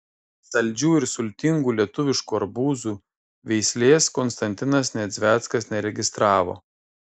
saldžių ir sultingų lietuviškų arbūzų veislės konstantinas nedzveckas neregistravo